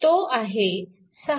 तो आहे 6363